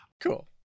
Cool